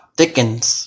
thickens